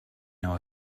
know